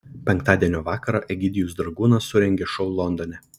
penktadienio vakarą egidijus dragūnas surengė šou londone